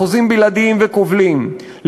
חוזים בלעדיים וכובלים,